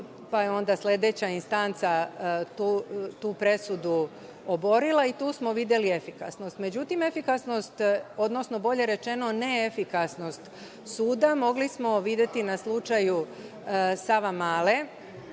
pa je onda sledeća instanca tu presudu oborila. Tu smo videli efikasnost.Međutim, efikasnost, odnosno bolje rečeno neefikasnost suda mogli smo videti na slučaju „Savamale“,